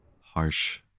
Harsh